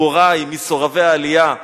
גיבורי מסורבי העלייה,